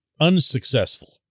unsuccessful